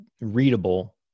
readable